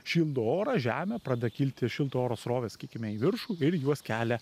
šildo orą žemę pradeda kilti šilto oro srovės sakykime į viršų ir juos kelia